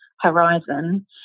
horizon